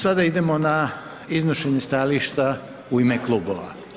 Sada idemo na iznošenje stajalište u ime klubova.